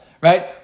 right